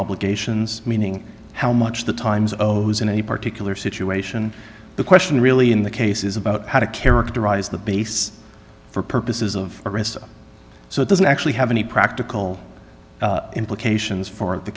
obligations meaning how much the times of those in a particular situation the question really in the case is about how to characterize the base for purposes of arrest so it doesn't actually have any practical implications for the